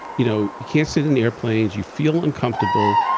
you know can't sit in airplanes. you feel uncomfortable.